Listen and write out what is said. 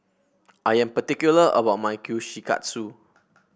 I am particular about my Kushikatsu